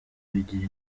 bigira